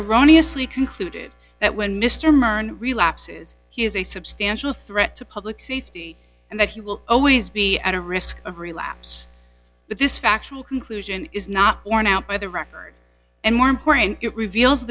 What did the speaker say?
erroneous lee concluded that when mr mern relapses he is a substantial threat to public safety and that he will always be at a risk of relapse but this factual conclusion is not borne out by the record and more important it reveals